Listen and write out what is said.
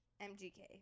MGK